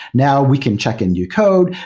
now we can check a new code,